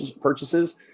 purchases